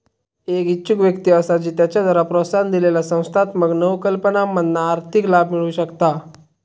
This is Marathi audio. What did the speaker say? एक इच्छुक व्यक्ती असा जी त्याच्याद्वारे प्रोत्साहन दिलेल्या संस्थात्मक नवकल्पनांमधना आर्थिक लाभ मिळवु शकता